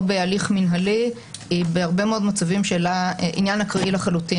בהליך מינהלי היא בהרבה מאוד מצבים עניין אקראי לחלוטין.